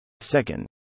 Second